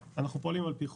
אנחנו פועלים על פי חוק,